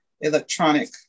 electronic